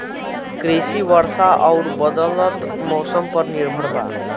कृषि वर्षा आउर बदलत मौसम पर निर्भर बा